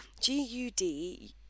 G-U-D